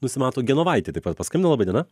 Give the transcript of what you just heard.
nusimato genovaitė taip pat paskambino laba diena